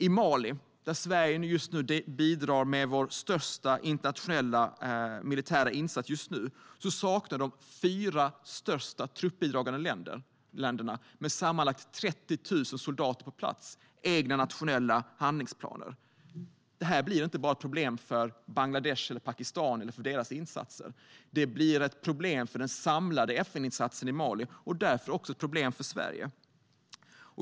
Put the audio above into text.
I Mali, där Sverige just nu bidrar med vår största internationella militära insats, saknar de fyra största truppbidragande länderna med sammanlagt 30 000 soldater på plats egna nationella handlingsplaner. Detta blir inte bara ett problem för Bangladesh och Pakistan och för deras insatser; det blir ett problem för den samlade FN-insatsen i Mali och därför också ett problem för Sverige.